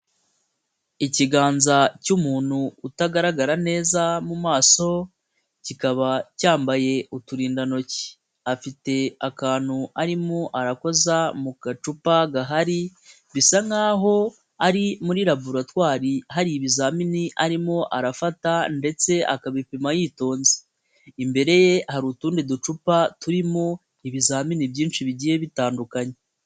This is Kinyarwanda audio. Ikiganza cy'umuntu utagaragara neza mu maso, kikaba cyambaye uturindantoki, afite akantu arimo arakoza mu gacupa gahari, bisa nk'aho ari muri laboratwairi, hari ibizamini arimo arafata ndetse akabipima yitonze, imbere ye hari utundi ducupa turimo ibizamini byinshi bigiye bitandukanye.